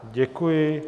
Děkuji.